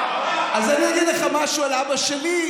אז אני אגיד לך משהו על אבא שלי,